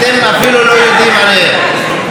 אתם אפילו לא יודעים עליהם.